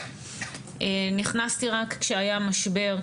נכנסתי רק כשהיה משבר,